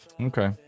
Okay